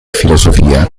filosofia